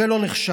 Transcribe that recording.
זה לא נחשב.